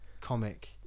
comic